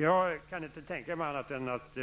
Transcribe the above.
Jag kan inte tänka mig annat än att